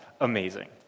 amazing